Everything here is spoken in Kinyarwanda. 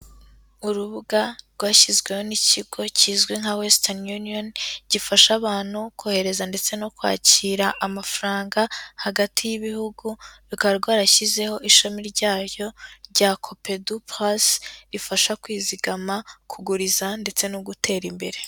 Urubuga rwashyizweho n'ikigo kizwi nka wesitani yuniyoni gifasha abantu kohereza ndetse no kwakira amafaranga hagati y'ibihugu, rukaba rwarashyizeho ishami ryaryo rya kopedu pasi rifasha kwizigama, kuguriza ndetse no gutera imbere.